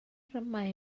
mai